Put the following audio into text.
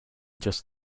just